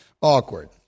Awkward